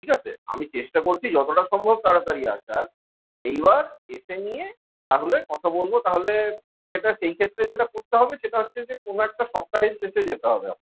ঠিক আছে আমি চেষ্টা করছি যতটা সম্ভব তাড়াতাড়ি আসার এইবার এসে নিয়ে তা হলে কথা বলব তা হলে সেটা সে ক্ষেত্রে যেটা করতে হবে সেটা হচ্ছে যে কোনো একটা সপ্তাহের শেষে যেতে হবে